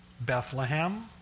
Bethlehem